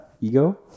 ego